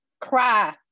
cry